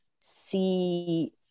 see